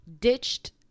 ditched